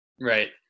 Right